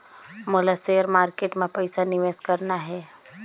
मोला share market मां पइसा निवेश करना हे?